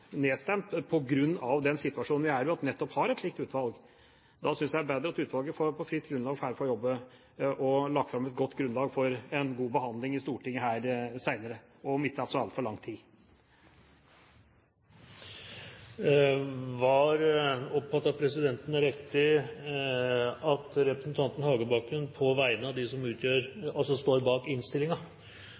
nedstemt på grunn av den situasjonen vi er i, at vi nettopp har et utvalg som jobber med dette. Da synes jeg det er bedre at utvalget på fritt grunnlag får jobbe og lagt fram et godt grunnlag for en god behandling her i Stortinget senere, om ikke så altfor lang tid. Oppfattet presidenten det riktig, at representanten Hagebakken på vegne av dem som står bak